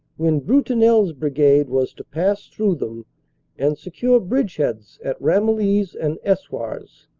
when brutinel's brigade was to pass through them and secure bridgeheads at ramillies and eswars.